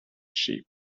sheep